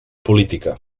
política